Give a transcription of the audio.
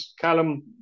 Callum